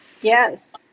Yes